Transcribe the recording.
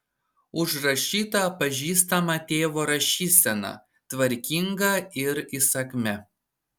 užrašyta pažįstama tėvo rašysena tvarkinga ir įsakmia